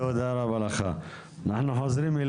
תודה רבה לך על האפשרות לדבר.